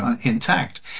intact